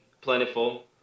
plentiful